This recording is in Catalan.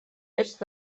est